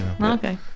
Okay